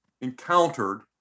encountered